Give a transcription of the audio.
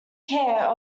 care